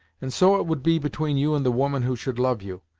and so it would be between you and the woman who should love you,